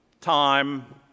time